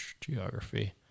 geography